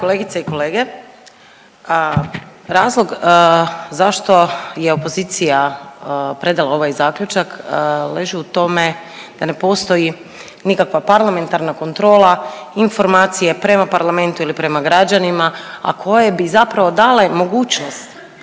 Drage kolegice i kolege, razlog zašto je opozicija predala ovaj zaključak leži u tome da ne postoji nikakva parlamentarna kontrola informacije prema parlamentu ili prema građanima, a koje bi zapravo dale mogućnost